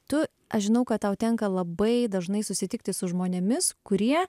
tu aš žinau kad tau tenka labai dažnai susitikti su žmonėmis kurie